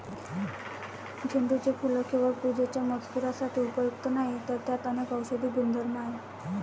झेंडूचे फूल केवळ पूजेच्या मजकुरासाठी उपयुक्त नाही, तर त्यात अनेक औषधी गुणधर्म आहेत